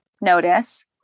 notice